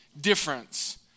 difference